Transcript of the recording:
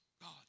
God